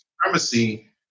supremacy